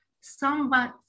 somewhat